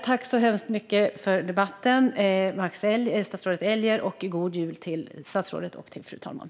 Tack så hemskt mycket för debatten, statsrådet Elger! God jul, statsrådet och fru talman!